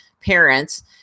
parents